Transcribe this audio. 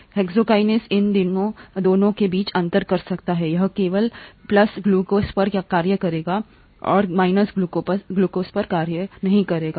hexokinase इन दोनों के बीच अंतर कर सकता है यह केवल प्लस ग्लूकोज पर कार्य करेगा ग्लूकोज पर कार्रवाई नहीं माइनस